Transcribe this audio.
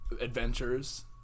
adventures